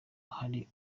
hari